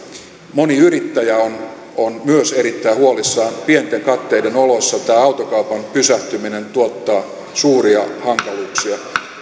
moni yrittäjä on on myös erittäin huolissaan pienten katteiden oloissa tämä autokaupan pysähtyminen tuottaa suuria hankaluuksia